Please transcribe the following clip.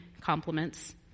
compliments